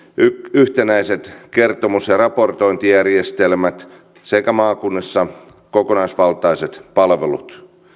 yhtenäiset kertomus ja raportointijärjestelmät sekä maakunnissa kokonaisvaltaiset palvelut